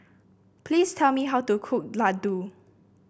please tell me how to cook laddu